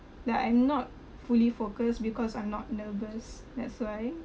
like I'm not fully focused because I'm not nervous that's why